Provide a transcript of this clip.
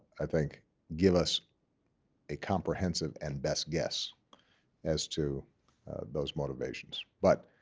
i think give us a comprehensive and best guess as to those motivations. but